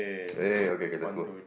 eh okay okay let's go